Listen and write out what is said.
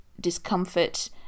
discomfort